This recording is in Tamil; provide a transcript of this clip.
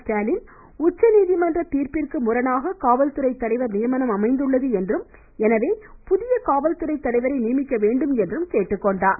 ஸ்டாலின் உச்சநீதிமன்ற முன்னதாக தீர்ப்பிற்கு முரணாக காவல்துறை தலைவர் நியமனம் அமைந்துள்ளது என்றும் எனவே புதிய காவல்துறை தலைவரை நியமிக்க வேண்டும் என்றும் கேட்டுக்கொண்டார்